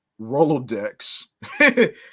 Rolodex